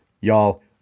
Y'all